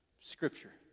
Scripture